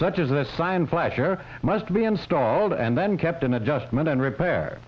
such as the sign flasher must be installed and then kept in adjustment and repair